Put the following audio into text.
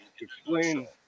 Explain